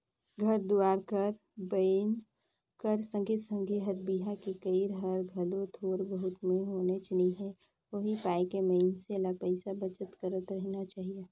घर दुवार कर बनई कर संघे संघे बर बिहा के करई हर घलो थोर बहुत में होनेच नी हे उहीं पाय के मइनसे ल पइसा बचत करत रहिना चाही